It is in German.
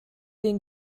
den